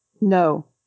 no